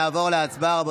נעבור להצבעה.